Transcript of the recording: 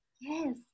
yes